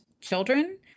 children